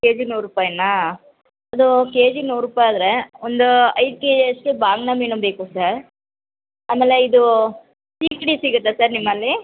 K G ನೂರು ರೂಪಾಯಿನಾ ಅದು ಕೆ ಜಿಗೆ ನೂರು ರೂಪಾಯಿ ಆದರೆ ಒಂದು ಐದು ಕೆ ಜಿ ಅಷ್ಟು ಬಾಂಗ್ಡೆ ಮೀನು ಬೇಕು ಸರ್ ಆಮೇಲೆ ಇದು ಸೀಗಡಿ ಸಿಗುತ್ತಾ ಸರ್ ನಿಮ್ಮಲ್ಲಿ